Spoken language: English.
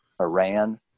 Iran